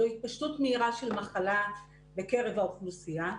זו התפשטות מהירה של מחלה בקרב האוכלוסייה,